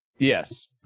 Yes